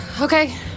Okay